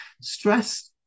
stress